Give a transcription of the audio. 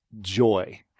joy